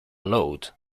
load